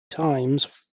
times